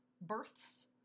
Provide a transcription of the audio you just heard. Births